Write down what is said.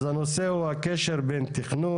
אז הנושא הוא הקשר בין תכנון,